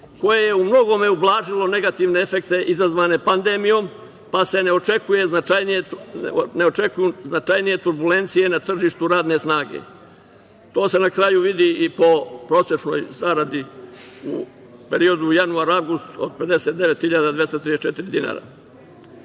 koje je u mnogome ublažilo negativne efekte izazvane pandemijom, pa se ne očekuju značajnije turbulencije na tržištu radne snage. To se na kraju vidi i po prosečnoj zaradi u periodu januar-avgust od 59.234